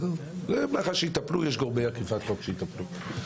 זה מח"ש יטפלו, יש גורמי אכיפת חוק שיטפלו.